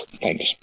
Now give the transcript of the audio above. Thanks